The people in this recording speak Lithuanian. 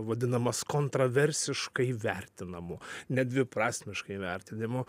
vadinamas kontroversiškai vertinamu nedviprasmiškai vertinimu